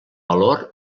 valor